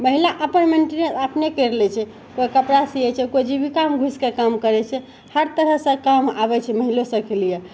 महिला अपन मेन्टिने अपने कैरि लै छै कोइ कपड़ा सियै छै कोइ जीविकामे घुसिके काम करै छै हर तरह सँ काम आबै छै महिलो सभके लिए